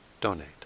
donate